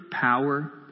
power